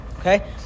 Okay